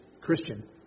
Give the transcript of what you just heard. Christian